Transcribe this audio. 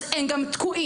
אז הם גם תקועים.